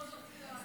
בדיוק.